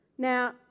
Now